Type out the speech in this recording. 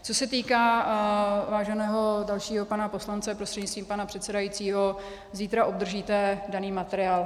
Co se týká váženého dalšího pana poslance prostřednictvím pana předsedajícího, zítra obdržíte daný materiál.